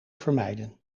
vermijden